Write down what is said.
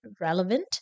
relevant